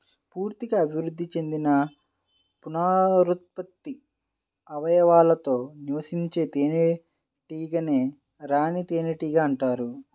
పూర్తిగా అభివృద్ధి చెందిన పునరుత్పత్తి అవయవాలతో నివసించే తేనెటీగనే రాణి తేనెటీగ అంటారు